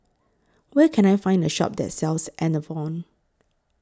Where Can I Find A Shop that sells Enervon